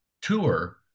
tour